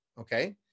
Okay